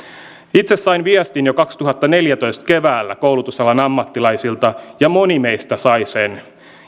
itse sain jo kaksituhattaneljätoista keväällä viestin koulutusalan ammattilaisilta ja moni meistä sai sen